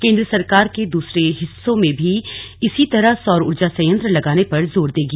केंद्र सरकार देश के दूसरे हिस्सों में भी इस तरह सौर ऊर्जा संयंत्र लगाने पर जोर देगी